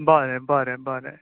बरें बरें बरें